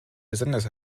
besonders